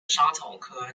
莎草科